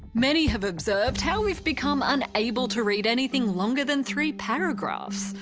many have observed how we've become unable to read anything longer than three paragraphs.